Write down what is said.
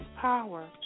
power